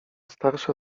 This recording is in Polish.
starsze